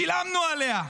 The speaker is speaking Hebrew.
שילמנו עליה.